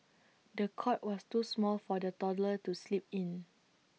the cot was too small for the toddler to sleep in